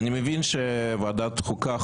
אני מבין שוועדת החוקה,